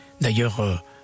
d'ailleurs